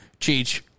Cheech